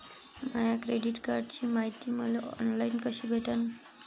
माया credit कार्डची मायती मले ऑनलाईन कसी भेटन?